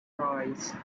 rise